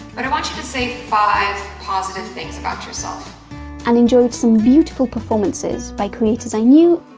and i want you to say five positive things about yourself and enjoyed some beautiful performances by creators i knew,